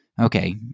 okay